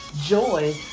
joy